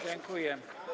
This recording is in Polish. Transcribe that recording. Dziękuję.